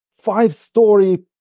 five-story